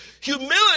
Humility